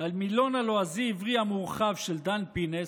המילון הלועזי-עברי המורחב של דן פינס,